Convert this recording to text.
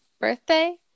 Birthday